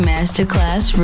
Masterclass